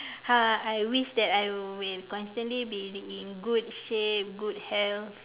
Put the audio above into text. ha I wish that I will constantly be in good shape good health